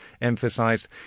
emphasized